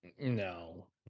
No